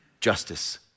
justice